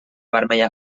vermella